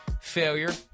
failure